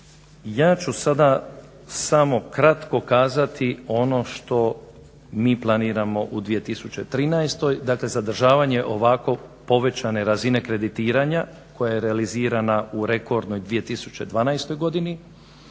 Ja ću sada samo kratko kazati ono što mi planiramo u 2013. Dakle, zadržavanje ovako povećane razine kreditiranja koja je realizirana u rekordnoj 2012. godini.